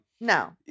No